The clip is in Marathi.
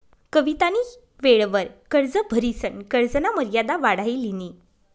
कवितानी वेळवर कर्ज भरिसन कर्जना मर्यादा वाढाई लिनी